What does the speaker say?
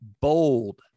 bold